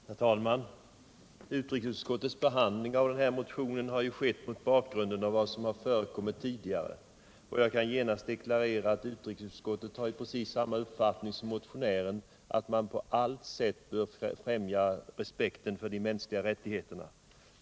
Herr talman! Utrikesutskottets behandling av motionen har skett mot bakgrund av vad som förekommit tidigare, och jag kan genast deklarera att utrikesutskottet har precis samma uppfattning som motionären, nämligen att man på allt sätt bör främja respekten för de mänskliga rättigheterna.